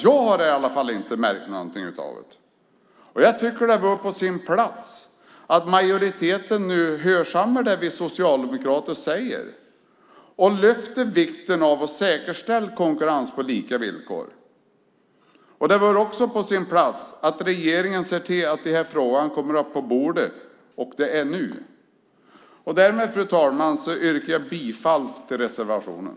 Jag har i alla fall inte märkt något av det. Jag tycker att det vore på sin plats om majoriteten nu hörsammade det vi socialdemokrater säger och lyfte upp vikten av att säkerställa konkurrens på lika villkor. Det vore också på sin plats om regeringen såg till att de här frågorna kommer upp på bordet - och det nu. Med detta, fru talman, yrkar jag bifall till reservationen.